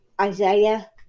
Isaiah